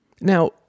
Now